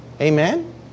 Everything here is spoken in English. Amen